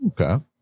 Okay